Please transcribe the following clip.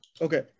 Okay